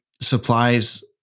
supplies